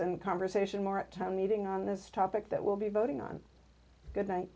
and conversation more time meeting on this topic that will be voting on goodnight